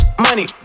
money